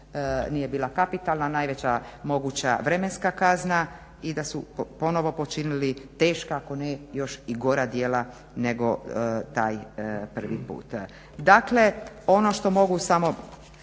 nije bila kapitalna a najveća moguća vremenska kazna i da su ponovo počinili teška, ako ne još i gora djela nego taj prvi puta. Dakle, ono što mogu samo